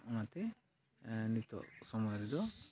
ᱚᱱᱟᱛᱮ ᱱᱤᱛᱳᱜ ᱥᱚᱢᱚᱭ ᱨᱮᱫᱚ